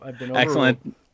Excellent